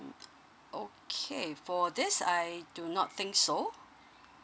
okay for this uh I do not think so